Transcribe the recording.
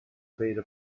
beta